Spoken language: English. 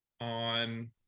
on